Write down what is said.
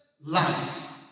life